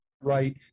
right